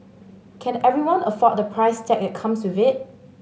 can everyone afford the price tag that comes with it